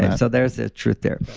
and so, there's a truth there.